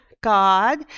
God